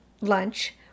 lunch